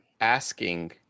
asking